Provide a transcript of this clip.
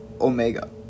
omega